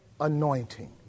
anointing